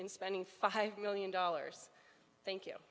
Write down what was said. in spending five million dollars thank you